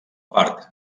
part